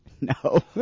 No